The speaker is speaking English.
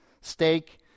steak